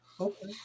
Okay